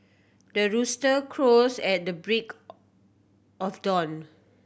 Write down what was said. the rooster crows at the break of dawn